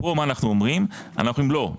פה אנו אומרים: לא,